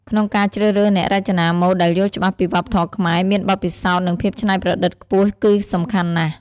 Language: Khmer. ក្នុងការជ្រើសរើសអ្នករចនាម៉ូតដែលយល់ច្បាស់ពីវប្បធម៌ខ្មែរ មានបទពិសោធន៍ និងភាពច្នៃប្រឌិតខ្ពស់គឺសំខាន់ណាស់ ។